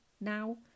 now